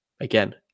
Again